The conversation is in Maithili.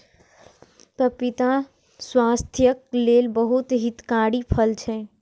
पपीता स्वास्थ्यक लेल बहुत हितकारी फल छै